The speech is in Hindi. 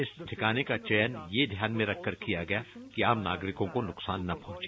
इस ठिकाने का चयन ये ध्यान में रखकर किया गया कि आम नागरिकों को कोई नुकसान न पहुंचे